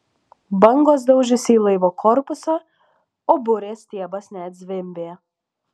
bangos daužėsi į laivo korpusą o burės stiebas net zvimbė